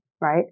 right